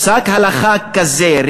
פסק הלכה כזה,